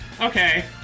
okay